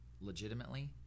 legitimately